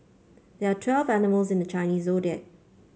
there are twelve animals in the Chinese Zodiac